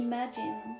Imagine